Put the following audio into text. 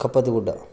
ಕಪ್ಪತ್ತ ಗುಡ್ಡ